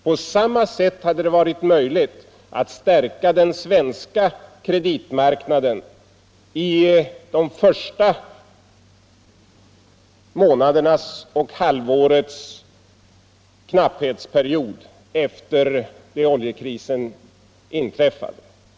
På samma sätt hade det varit möjligt att stärka den svenska kreditmarknaden under det första halvårets knapphetsperiod efter oljekrisen.